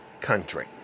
country